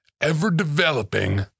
ever-developing